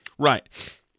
Right